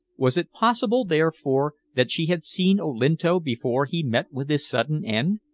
was it possible, therefore, that she had seen olinto before he met with his sudden end?